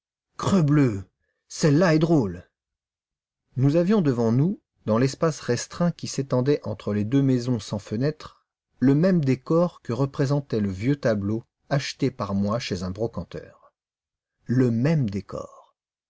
crebleu celle-là est drôle nous avions devant nous dans l'espace restreint qui s'étendait entre les deux maisons sans fenêtres le même décor que représentait le vieux tableau acheté par moi chez un brocanteur le même décor